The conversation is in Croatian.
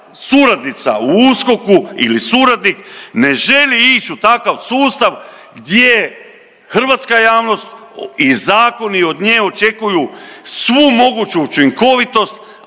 suradnica u USKOK-u ili suradnik ne želi ići u takav sustav gdje hrvatska javnost i zakoni od nje očekuju svu moguću učinkovitost,